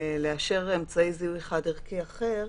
לאשר אמצעי זיהוי חד ערכי אחר,